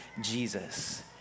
Jesus